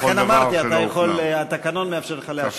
לכן אמרתי שהתקנון מאפשר לך להשיב לאחר מכן.